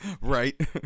right